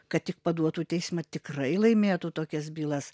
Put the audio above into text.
kad tik paduotų į teismą tikrai laimėtų tokias bylas